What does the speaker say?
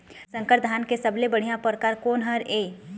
संकर धान के सबले बढ़िया परकार कोन हर ये?